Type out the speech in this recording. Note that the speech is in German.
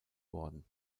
worden